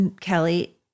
Kelly